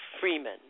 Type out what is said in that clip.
Freeman